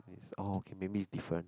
it's orh okay maybe it's different